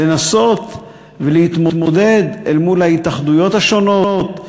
לנסות ולהתמודד אל מול ההתאחדויות השונות,